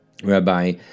Rabbi